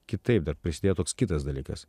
kitaip dar prisidėjo toks kitas dalykas